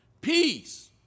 Peace